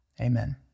Amen